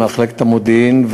עם מחלקת המודיעין,